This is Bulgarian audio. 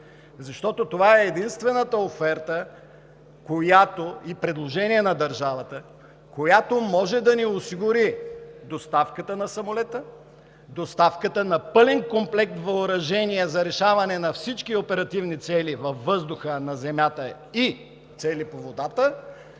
защото това е единствената оферта и предложение на държавата, която може да ни осигури доставката на самолета, доставката на пълен комплект въоръжения за решаване на всички оперативни цели във въздуха, на земята и цели по водата,